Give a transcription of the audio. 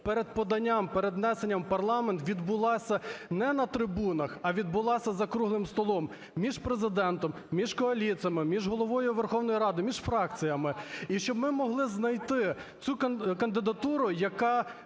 перед поданням, перед внесенням у парламент відбулася не на трибунах, а відбулася за круглим столом між Президентом, між коаліціями, між Головою Верховної Ради, між фракціями. І щоб ми могли знайти цю кандидатуру, яка